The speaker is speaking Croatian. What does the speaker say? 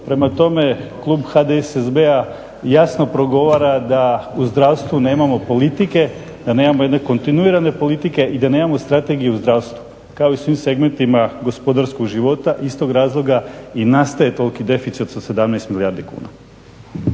Prema tome, klub HDSSB-a jasno progovara da u zdravstvu nemamo politike, da nemamo jedne kontinuirane politike i da nemamo strategije u zdravstvu kao i svim segmentima gospodarskog života. Iz tog razloga i nastaje toliki deficit od 17 milijardi kuna.